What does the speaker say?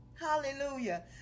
Hallelujah